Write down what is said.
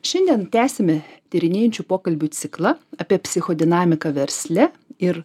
šiandien tęsime tyrinėjančių pokalbių ciklą apie psichodinamiką versle ir